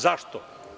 Zašto?